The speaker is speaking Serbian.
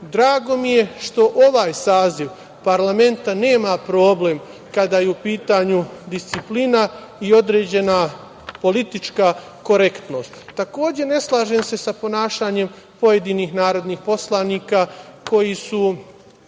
Drago mi je što ovaj saziv parlamenta nema problem kada je u pitanju disciplina i određena politička korektnost. Takođe, ne slažem se sa ponašanjem pojedinih narodnih poslanika koji su